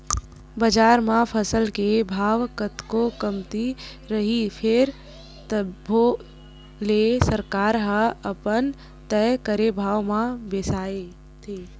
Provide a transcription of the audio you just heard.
बजार म फसल के भाव कतको कमती रइही फेर तभो ले सरकार ह अपन तय करे भाव म बिसाथे